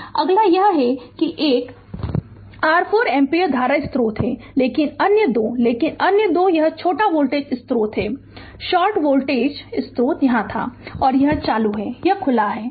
Refer Slide Time 2617 अगला यह यह है कि r 4 एम्पीयर धारा स्रोत है लेकिन अन्य 2 लेकिन अन्य 2 यह छोटा वोल्टेज स्रोत है शॉर्ट वोल्टेज स्रोत यहां था और यह चालू है यह खुला है